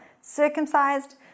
circumcised